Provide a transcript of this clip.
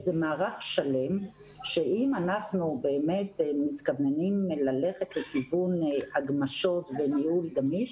זה מערך שלם שאם אנחנו באמת מתכווננים ללכת לכיוון הגמשות וניהול גמיש,